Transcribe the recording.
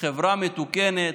חברה מתוקנת,